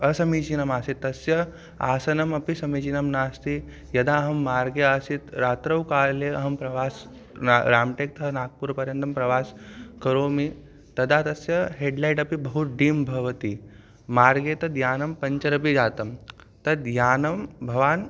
असमीचीनम् आसीत् तस्य आसनमपि समीचीनं नास्ति यदा अहं मार्गे आसीत् रात्रौ काले अहं प्रवासं राम्टेक्तः नाग्पुरपर्यन्तं प्रवासं करोमि तदा तस्य हेड्लैट् अपि बहु डीम् भवति मार्गे तद्यानं पञ्चर् अपि जातं तद्यानं भवान्